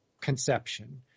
conception